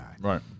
Right